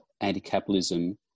anti-capitalism